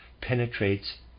penetrates